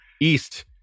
east